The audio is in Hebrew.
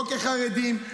לא כחרדים,